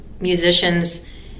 musicians